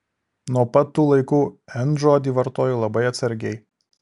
nuo pat tų laikų n žodį vartoju labai atsargiai